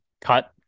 cut